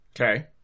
Okay